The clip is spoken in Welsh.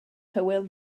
hywel